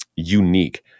Unique